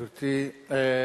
גברתי.